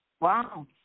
Wow